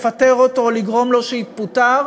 לפטר אותו או לגרום לו שיתפטר,